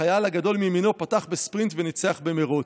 החייל הגדול מימינו פתח בספרינט וניצח במרוץ.